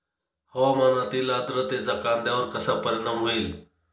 हवामानातील आर्द्रतेचा कांद्यावर कसा परिणाम होईल?